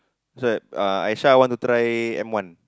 that's why uh Aisyah want to try M-one